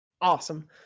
awesome